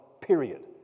period